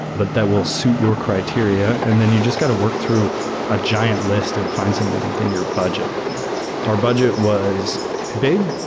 but that will suit your criteria and then you just got to work through a giant list and fi nd something within your budget our budget was big,